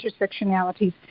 intersectionalities